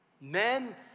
Men